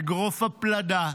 אגרוף הפלדה,